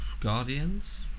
Guardians